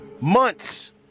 months